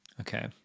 Okay